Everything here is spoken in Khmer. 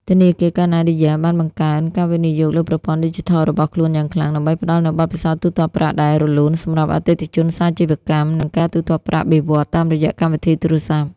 ធនាគារកាណាឌីយ៉ា (Canadia )បានបង្កើនការវិនិយោគលើប្រព័ន្ធឌីជីថលរបស់ខ្លួនយ៉ាងខ្លាំង ដើម្បីផ្ដល់នូវបទពិសោធន៍ទូទាត់ប្រាក់ដែលរលូនសម្រាប់អតិថិជនសាជីវកម្ម និងការទូទាត់ប្រាក់បៀវត្សរ៍តាមរយៈកម្មវិធីទូរស័ព្ទ។